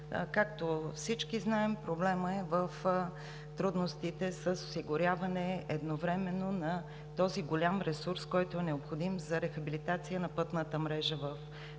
Както всички знаем, проблемът е в трудностите с осигуряване едновременно на този голям ресурс, който е необходим за рехабилитация на пътната мрежа в